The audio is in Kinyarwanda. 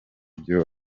ibya